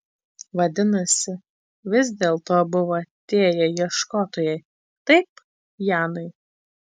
vadinasi vis dėlto buvo atėję ieškotojai taip janai